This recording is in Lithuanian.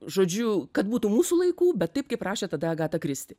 žodžiu kad būtų mūsų laikų bet taip kaip rašė tada agata kristi